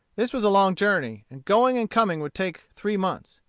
this was a long journey, and going and coming would take three months.